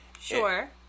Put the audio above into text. Sure